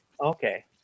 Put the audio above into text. Okay